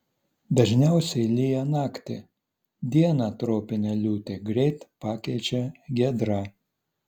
dažniausiai lyja naktį dieną tropinę liūtį greit pakeičia giedra